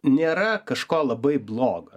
nėra kažko labai blogo